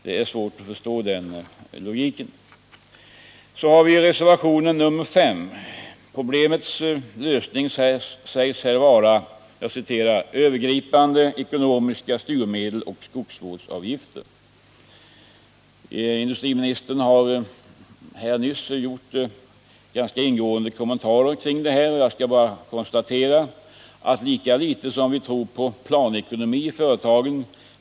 Det är svårt att första logiken i detta. I reservation 5 sägs problemens lösning vara övergripande ekonomiska styrmedel och skogsvårdsavgifter. Industriministern har nyss ingående kommenterat detta. Lika litet som vi tror på planekonomi i företagen.